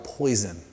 poison